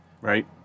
Right